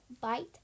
bite